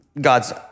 God's